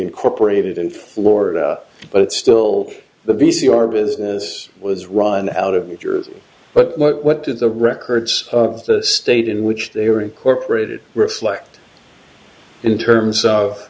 incorporated in florida but still the v c r business was run out of new jersey but what did the records of the state in which they were incorporated reflect in terms of